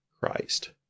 Christ